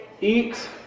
eat